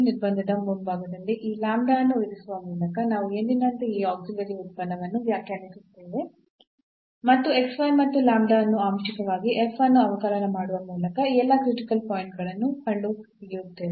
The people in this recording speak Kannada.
ನಿರ್ಬಂಧದ ಮುಂಭಾಗದಲ್ಲಿ ಈ ಅನ್ನು ಇರಿಸುವ ಮೂಲಕ ನಾವು ಎಂದಿನಂತೆ ಈ ಆಕ್ಸಿಲಿಯೇರಿ ಉತ್ಪನ್ನವನ್ನು ವ್ಯಾಖ್ಯಾನಿಸುತ್ತೇವೆ ಮತ್ತು ಮತ್ತು ಅನ್ನು ಆಂಶಿಕವಾಗಿ F ಅನ್ನು ಅವಕಲನ ಮಾಡುವ ಮೂಲಕ ಎಲ್ಲಾ ಕ್ರಿಟಿಕಲ್ ಪಾಯಿಂಟ್ ಗಳನ್ನು ಕಂಡುಹಿಡಿಯುತ್ತೇವೆ